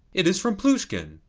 it is from plushkin!